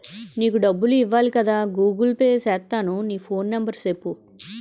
నీకు డబ్బులు ఇవ్వాలి కదా గూగుల్ పే సేత్తాను నీ ఫోన్ నెంబర్ సెప్పు